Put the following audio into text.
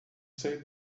ser